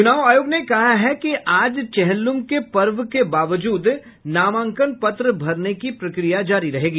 चुनाव आयोग ने कहा है कि आज चेहल्लूम के पर्व के बावजूद नामांकन पत्र भरने की प्रक्रिया जारी रहेगी